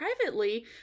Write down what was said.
privately